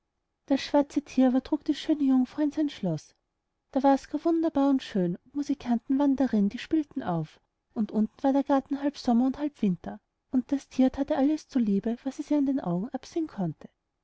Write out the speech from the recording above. das schwarze thier aber trug die schöne jungfrau in sein schloß da wars gar wunderbar und schön und musikanten waren darin die spielten auf und unten war der garten halb sommer und halb winter und das thier that ihr alles zu liebe was es ihr nur an den augen absehen konnte